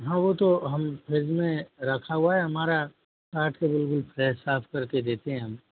हाँ वो तो हम फ्रिज में रखा हुआ है हमारा काट के बिलकुल फ्रेस साफ़ कर के देते हैं हम